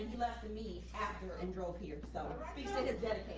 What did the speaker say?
left the meet after and drove here, so sort of that